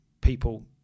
people